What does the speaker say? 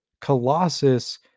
Colossus